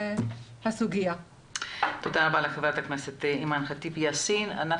תודה רבה חברת הכנסת אימאן ח'טיב יאסין.